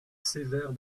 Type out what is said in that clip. sévère